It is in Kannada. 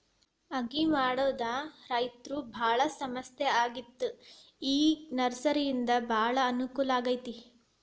ಅಗಿ ಮಾಡುದ ರೈತರು ಬಾಳ ಸಮಸ್ಯೆ ಆಗಿತ್ತ ಈ ನರ್ಸರಿಯಿಂದ ಬಾಳ ಅನಕೂಲ ಆಗೈತಿ